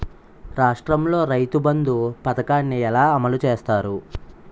రాష్ట్రంలో రైతుబంధు పథకాన్ని ఎలా అమలు చేస్తారు?